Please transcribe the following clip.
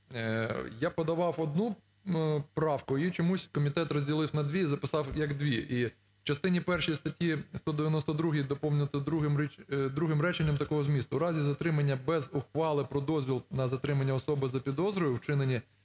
Я подавав одну правку і чомусь комітет розділив на дві і записав як дві. І в частині першій статті 192 доповнити другим реченням такого змісту: "У разі затримання без ухвали про дозвіл на затримання особи за підозрою у вчиненні